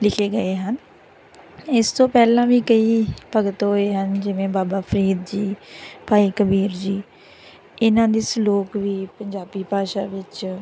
ਲਿਖੇ ਗਏ ਹਨ ਇਸ ਤੋਂ ਪਹਿਲਾਂ ਵੀ ਕਈ ਭਗਤ ਹੋਏ ਹਨ ਜਿਵੇਂ ਬਾਬਾ ਫਰੀਦ ਜੀ ਭਾਈ ਕਬੀਰ ਜੀ ਇਹਨਾਂ ਦੇ ਸਲੋਕ ਵੀ ਪੰਜਾਬੀ ਭਾਸ਼ਾ ਵਿੱਚ